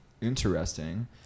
interesting